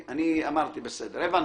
הנתונים.